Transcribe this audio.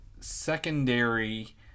secondary